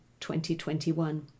2021